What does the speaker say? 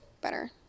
better